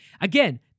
again